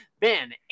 Ben